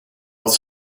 dat